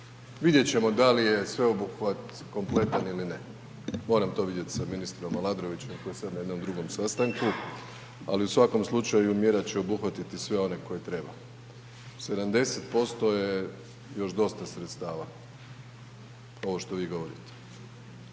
Vidjet ćemo da li je sveobuhvat kompletan ili ne, moram to vidjet sa ministrom Aladrovićem koji je sada na jednom drugom sastanku, ali u svakom slučaju mjera će obuhvatiti sve one koje treba. 70% je još dosta sredstava ovo što vi govorite.